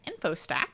InfoStack